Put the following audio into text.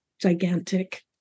gigantic